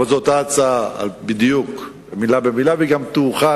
אבל זו אותה הצעה בדיוק, מלה במלה, והיא גם תאוחד,